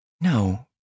No